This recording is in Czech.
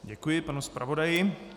Děkuji panu zpravodaji.